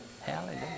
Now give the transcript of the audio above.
Hallelujah